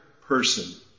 person